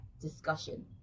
discussion